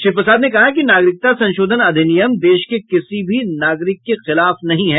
श्री प्रसाद ने कहा कि नागरिकता संशोधन अधिनियम देश के किसी भी नागरिक के खिलाफ नहीं है